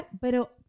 pero